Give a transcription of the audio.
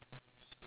pink